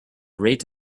rate